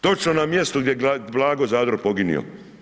Točno na mjestu gdje je Blago Zadro poginuo.